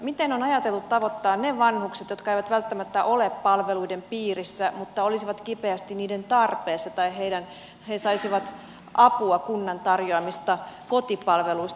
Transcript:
miten on ajateltu tavoittaa ne vanhukset jotka eivät välttämättä ole palveluiden piirissä mutta olisivat kipeästi niiden tarpeessa tai saisivat apua kunnan tarjoamista kotipalveluista